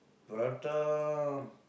prata